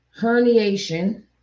herniation